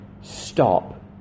stop